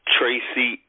Tracy